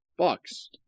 box